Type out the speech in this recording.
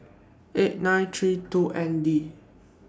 eight nine three two N D